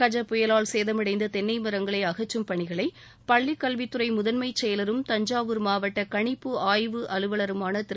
கஜா புயலால் சேதமடைந்த தென்னை மரங்களை அகற்றும் பணிகளை பள்ளிக் கல்வித்துறை முதன்மச் செயலரும் தஞ்சாவூர் மாவட்ட கணிப்பு ஆய்வு அலுவலருமான திரு